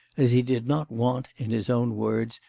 as he did not want, in his own words,